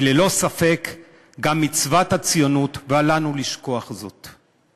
זו ללא ספק גם מצוות הציונות, ואל לנו לשכוח זאת.